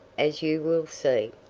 as you will see.